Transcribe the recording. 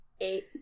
eight